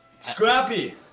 Scrappy